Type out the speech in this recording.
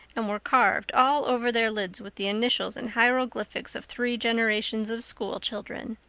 and were carved all over their lids with the initials and hieroglyphics of three generations of school children.